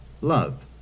love